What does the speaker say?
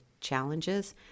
challenges